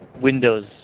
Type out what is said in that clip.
Windows